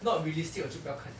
not realistic 我就不要看了